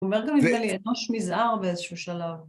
הוא אומר גם אם תהיה לי אנוש מזער באיזשהו שלב.